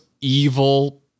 evil